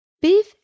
Beef